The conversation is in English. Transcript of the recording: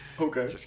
Okay